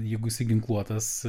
jeigu jisai ginkluotas